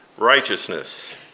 righteousness